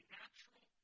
natural